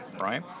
right